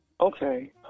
okay